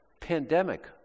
pandemic